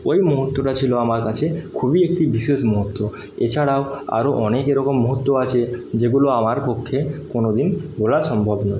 ওই মুহূর্তটা ছিল আমার কাছে খুবই একটি বিশেষ মুহূর্ত এছাড়াও আরও অনেক এরকম মুহূর্ত আছে যেগুলো আমার পক্ষে কোনোদিন ভোলা সম্ভব নয়